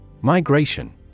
Migration